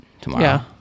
tomorrow